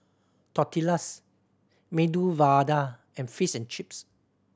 Tortillas Medu Vada and Fish and Chips